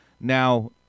Now